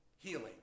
healing